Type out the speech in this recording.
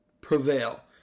prevail